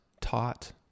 taught